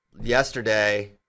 yesterday